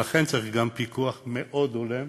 לכן גם צריך פיקוח מאוד הולם,